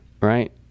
right